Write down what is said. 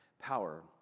power